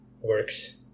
works